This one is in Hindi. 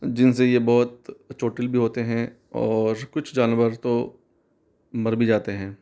जिनसे यह बहुत चोटिल भी होते हैं और कुछ जानवर तो मर भी जाते हैं